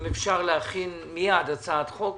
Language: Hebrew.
אם אפשר להכין מייד הצעת חוק